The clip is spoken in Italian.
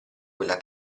quella